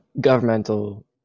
governmental